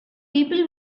people